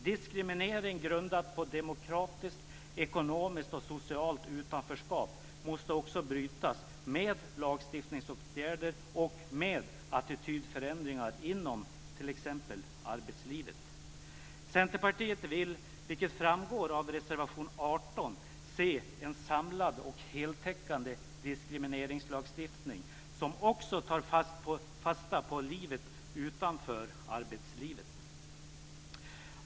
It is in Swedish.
Diskriminering grundad på demokratiskt, ekonomiskt och socialt utanförskap måste också brytas med lagstiftningsåtgärder och attitydförändringar inom t.ex. arbetslivet. Centerpartiet vill, vilket framgår av reservation 18, se en samlad och heltäckande diskrimineringslagstiftning som också tar fasta på livet utanför arbetslivet.